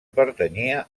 pertanyia